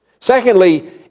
Secondly